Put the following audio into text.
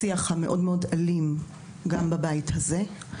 השיח האלים שמתנהל גם בבית הזה,